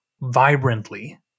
vibrantly